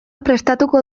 prestatuko